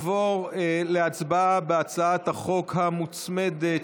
נעבור להצבעה על הצעת החוק המוצמדת,